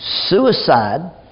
Suicide